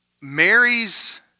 Mary's